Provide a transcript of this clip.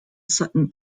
sutton